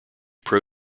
pro